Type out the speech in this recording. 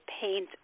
paint